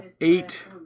eight